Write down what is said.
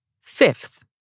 Fifth